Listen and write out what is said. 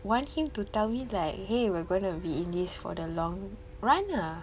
want him to tell me like !hey! we're gonna be in this for the long run lah